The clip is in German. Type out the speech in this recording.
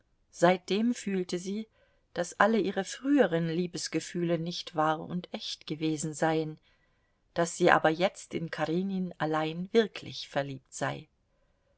seitdem fühlte sie daß alle ihre früheren liebesgefühle nicht wahr und echt gewesen seien daß sie aber jetzt in karenin allein wirklich verliebt sei